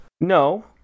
No